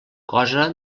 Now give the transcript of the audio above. cosa